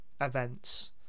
events